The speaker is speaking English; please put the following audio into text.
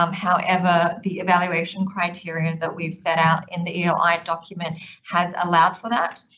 um however, the evaluation criteria that we've set out in the eoi document has allowed for that.